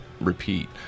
repeat